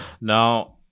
Now